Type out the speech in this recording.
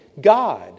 God